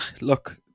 Look